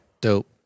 Dope